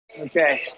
okay